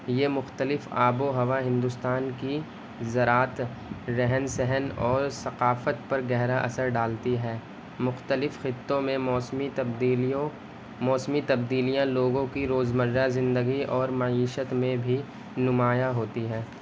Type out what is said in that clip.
یہ مختلف آب و ہوا ہندوستان کی زراعت رہن سہن اور ثقافت پر گہرا اثر ڈالتی ہے مختلف خطوں میں موسمی تبدیلیوں موسمی تبدیلیاں لوگوں کی روز مرہ زندگی اور معیشت میں بھی نمایاں ہوتی ہیں